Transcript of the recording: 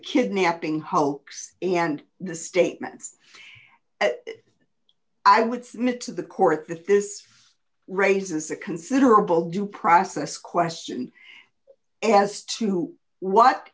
kidnapping hoax and the statements i would submit to the court that this raises a considerable due process question as to what